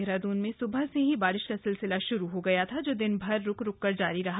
देहरादून में स्बह से ही बारिश का सिलसिला श्रू हो गया था जो दिनभर रुक रुक कर जारी रहा